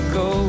go